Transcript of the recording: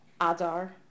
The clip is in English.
Adar